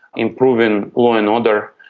improving law and order,